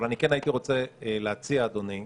אני כן הייתי רוצה להציע, אדוני,